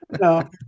No